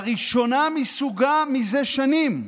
הראשונה מסוגה זה שנים.